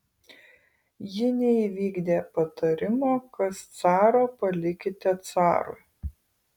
ji neįvykdė patarimo kas caro palikite carui